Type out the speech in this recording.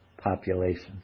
population